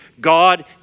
God